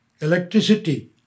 Electricity